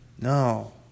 no